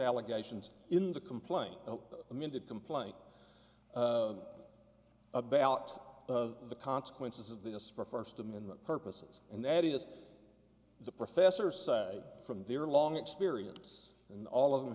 allegations in the complaint amended complaint about the consequences of this for first amendment purposes and that is the professor say from their long experience and all of them